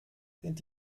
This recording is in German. sind